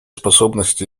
способности